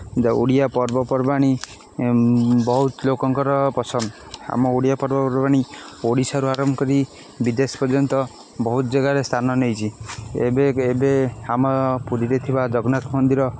ଯୋଉ ଓଡ଼ିଆ ପର୍ବପର୍ବାଣି ବହୁତ ଲୋକଙ୍କର ପସନ୍ଦ ଆମ ଓଡ଼ିଆ ପର୍ବପର୍ବାଣି ଓଡ଼ିଶାରୁ ଆରମ୍ଭ କରି ବିଦେଶ ପର୍ଯ୍ୟନ୍ତ ବହୁତ ଜାଗାରେ ସ୍ଥାନ ନେଇଛି ଏବେ ଏବେ ଆମ ପୁରୀରେ ଥିବା ଜଗନ୍ନାଥ ମନ୍ଦିର